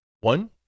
One